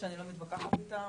שאני לא מתווכחת איתן,